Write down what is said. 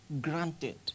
Granted